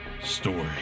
story